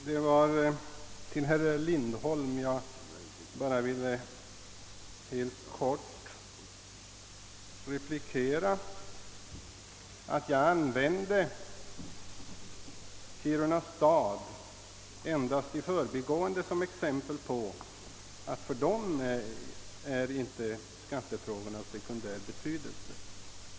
Herr talman! Till herr Lindholm vill jag bara helt kort säga att jag nämnde Kiruna stad endast i förbigående som exempel på att skattefrågan inte för staden är av sekundär betydelse.